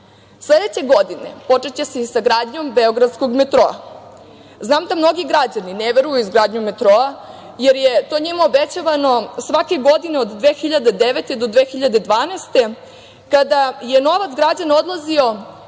dinara. Sledeće godine počeće se sa gradnjom beogradskog metroa. Znam da mnogi građani ne veruju u izgradnju metroa jer je to njima obećavano svake godine od 2009. do 2012. godine, kada je novac građana odlazio,